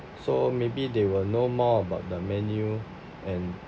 so maybe they will know more about the menu and